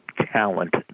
talent